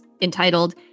entitled